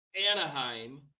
Anaheim